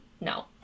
no